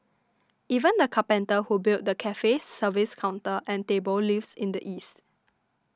even the carpenter who built the cafe's service counter and tables lives in the east